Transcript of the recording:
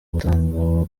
gutanga